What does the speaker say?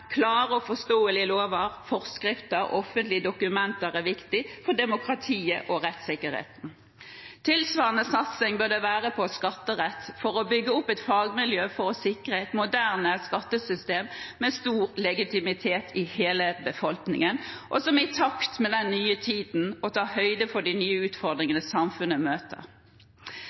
og forståelige lover, forskrifter og offentlige dokumenter, noe som er viktig for demokratiet og rettssikkerheten. Tilsvarende satsing bør det være på skatterett for å bygge opp et fagmiljø for å sikre et moderne skattesystem som har stor legitimitet i hele befolkningen, og som er i takt med den nye tiden og tar høyde for de nye utfordringene samfunnet møter.